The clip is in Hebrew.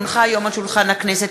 כי הונחה היום על שולחן הכנסת,